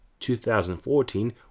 2014